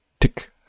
tick